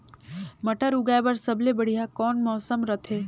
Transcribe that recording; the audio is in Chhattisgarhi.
मटर उगाय बर सबले बढ़िया कौन मौसम रथे?